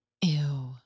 Ew